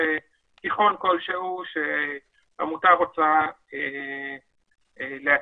תיכון כלשהו שעמותה רוצה להקים.